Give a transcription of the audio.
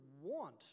want